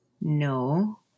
no